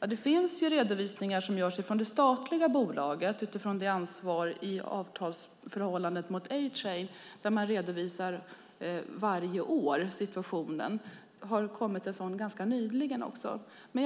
Ja, det finns redovisningar som görs från det statliga bolaget utifrån ansvaret i avtalsförhållandet till A-Train. Varje år redovisas där situationen. Ganska nyligen har det kommit en sådan redovisning.